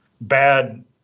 bad